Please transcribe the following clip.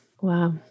Wow